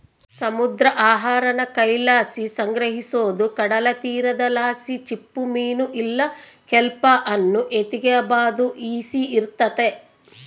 ಸಮುದ್ರ ಆಹಾರಾನ ಕೈಲಾಸಿ ಸಂಗ್ರಹಿಸೋದು ಕಡಲತೀರದಲಾಸಿ ಚಿಪ್ಪುಮೀನು ಇಲ್ಲ ಕೆಲ್ಪ್ ಅನ್ನು ಎತಿಗೆಂಬಾದು ಈಸಿ ಇರ್ತತೆ